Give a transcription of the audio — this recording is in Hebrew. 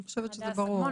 אני חושבת שזה ברור.